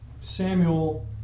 Samuel